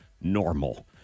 normal